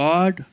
God